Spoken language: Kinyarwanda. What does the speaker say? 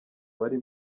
abari